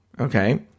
okay